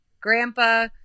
Grandpa